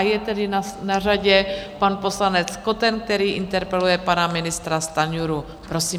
Je tedy na řadě pan poslanec Koten, který interpeluje pana ministra Stanjuru, prosím.